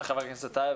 חברת הכנסת קטי שטרית,